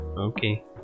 okay